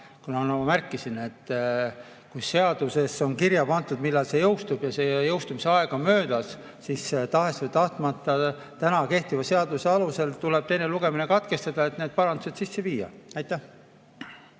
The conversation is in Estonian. nagu ma märkisin, kui seadusesse on kirja pandud, millal see jõustub, ja see jõustumise aeg on möödas, siis tahes või tahtmata kehtiva seaduse alusel tuleb teine lugemine katkestada, et need parandused sisse viia. Aitäh!